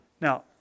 Now